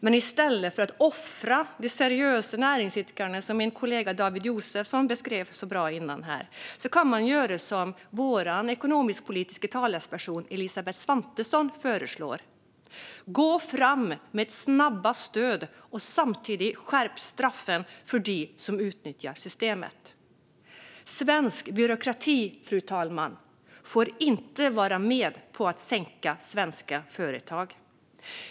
Men i stället för att offra de seriösa näringsidkarna, som min kollega David Josefsson beskrev så bra här tidigare, kan man göra som vår ekonomisk-politiska talesperson Elisabeth Svantesson föreslår och gå fram med snabba stöd och samtidigt skärpa straffen för dem som utnyttjar systemet. Fru talman! Svensk byråkrati får inte vara med på att sänka svenska företag.